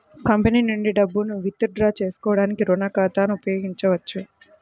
company నుండి డబ్బును withdraw చేసుకోవడానికి రుణ ఖాతాను ఉపయోగించొచ్చు